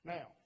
Now